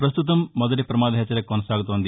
ప్రస్తుతం మొదటి ప్రమాద హెచ్చరిక కొనసాగుతోంది